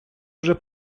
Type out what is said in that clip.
вже